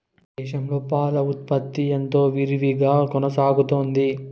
దేశంలో పాల ఉత్పత్తి ఎంతో విరివిగా కొనసాగుతోంది